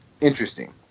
Interesting